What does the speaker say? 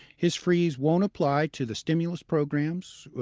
his freeze won't apply to the stimulus programs,